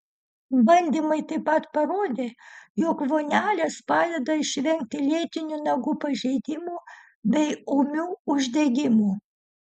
bandymai taip pat parodė jog vonelės padeda išvengti lėtinių nagų pažeidimų bei ūmių uždegimų